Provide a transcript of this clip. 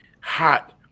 hot